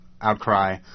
outcry